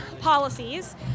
policies